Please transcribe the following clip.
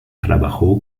trabajó